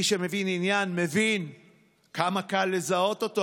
מי שמבין עניין מבין כמה קל לזהות אותו,